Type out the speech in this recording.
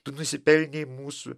tu nusipelnei mūsų